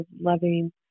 loving